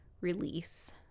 release